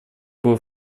было